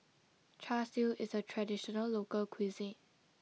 Char Siu is a traditional local cuisine